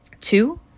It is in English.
Two